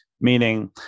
meaning